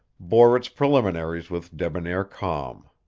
bore its preliminaries with debonair calm.